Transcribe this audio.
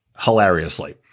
Hilariously